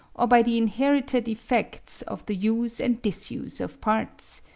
or by the inherited effects of the use and disuse of parts.